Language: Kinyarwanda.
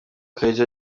kaiga